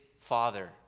father